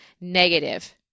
negative